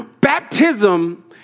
baptism